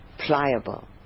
pliable